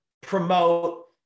promote